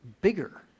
bigger